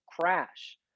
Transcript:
crash